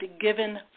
given